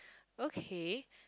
okay